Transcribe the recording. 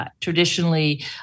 traditionally